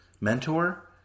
mentor